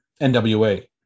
NWA